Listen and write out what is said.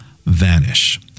vanish